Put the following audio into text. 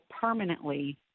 permanently